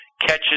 catches